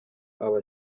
aba